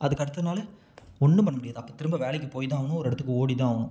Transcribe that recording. அதுக்கு அடுத்தநாள் ஒன்றும் பண்ண முடியாது அப்போ திரும்ப வேலைக்கு போய் தான் ஆகணும் ஒரு இடத்துக்கு ஓடி தான் ஆகணும்